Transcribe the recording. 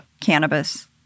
cannabis